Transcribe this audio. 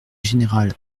général